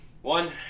One